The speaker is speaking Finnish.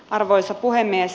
arvoisa puhemies